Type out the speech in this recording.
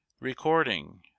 Recording